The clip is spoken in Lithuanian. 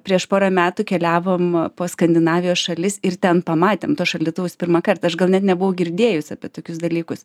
prieš porą metų keliavom po skandinavijos šalis ir ten pamatėm tuos šaldytuvus pirmąkart aš gal net nebuvau girdėjus apie tokius dalykus